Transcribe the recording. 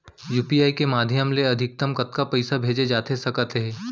UPI के माधयम ले अधिकतम कतका पइसा भेजे जाथे सकत हे?